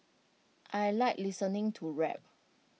I Like listening to rap